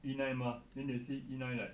E nine mah then they say E nine like